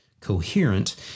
coherent